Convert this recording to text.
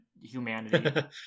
humanity